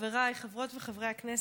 חבריי חברות וחברי הכנסת,